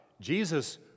Jesus